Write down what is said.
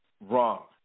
wrong